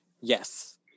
yes